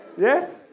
Yes